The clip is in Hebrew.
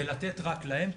ולתת רק להם,